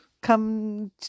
come